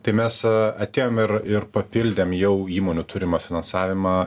tai mes atėjom ir ir papildėm jau įmonių turimą finansavimą